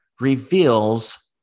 reveals